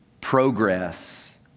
progress